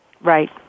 Right